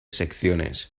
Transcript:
secciones